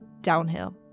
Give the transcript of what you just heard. downhill